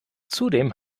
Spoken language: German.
zudem